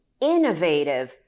innovative